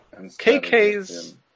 KK's